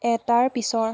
এটাৰ পিছৰ